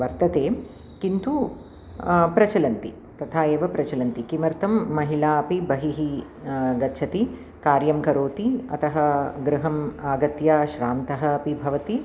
वर्तते किन्तु प्रचलन्ति तथा एव प्रचलन्ति किमर्थं महिलापि बहिः गच्छति कार्यं करोति अतः गृहम् आगत्य श्रान्ता अपि भवति